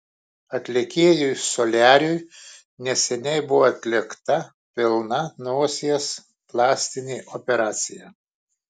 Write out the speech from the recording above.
atlikėjui soliariui neseniai buvo atlikta pilna nosies plastinė operacija